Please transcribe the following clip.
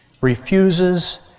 refuses